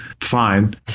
fine